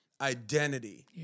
identity